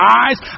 eyes